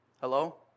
Hello